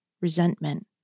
resentment